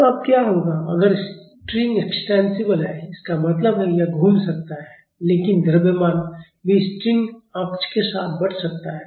तो अब क्या होगा अगर स्ट्रिंग एक्स्टेंसिबल है इसका मतलब है यह घूम सकता है लेकिन द्रव्यमान भी स्ट्रिंग अक्ष के साथ बढ़ सकता है